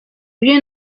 you